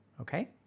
okay